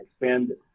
expanded